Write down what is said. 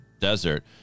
desert